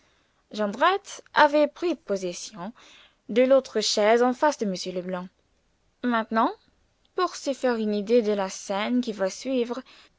jondrette avait pris possession de l'autre chaise en face de m leblanc maintenant pour se faire une idée de la scène qui va suivre